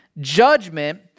judgment